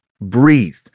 breathe